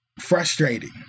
frustrating